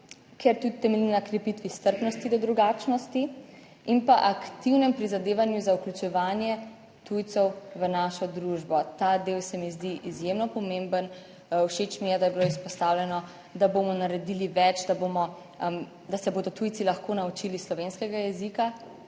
ker tudi temelji na krepitvi strpnosti do drugačnosti in pa aktivnem prizadevanju za vključevanje tujcev v našo družbo. Ta del se mi zdi izjemno pomemben. Všeč mi je, da je bilo izpostavljeno, da bomo naredili več, da bomo, da se bodo tujci lahko naučili slovenskega jezika.